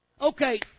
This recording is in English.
Okay